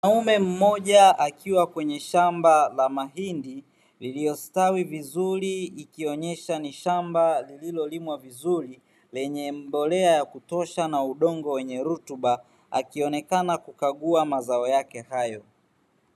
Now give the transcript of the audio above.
Mwanaume mmoja akiwa kwenye shamba la mahindi lililostawi vizuri, likionyesha ni shamba lililolimwa vizuri lenye mbolea ya kutosha na udongo wenye rutuba, akionekana kukagua mazao yake hayo.